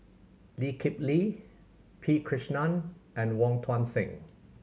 Lee Kip Lee P Krishnan and Wong Tuang Seng